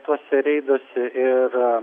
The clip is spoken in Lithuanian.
tuose reiduose ir